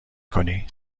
کنی